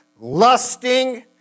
lusting